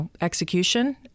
execution